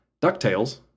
DuckTales